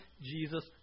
Jesus